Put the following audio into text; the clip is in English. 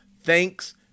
thanks